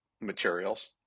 materials